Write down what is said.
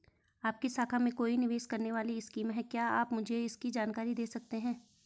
आपकी शाखा में कोई निवेश करने वाली स्कीम भी है क्या आप मुझे इसकी जानकारी दें सकते हैं?